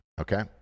okay